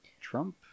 Trump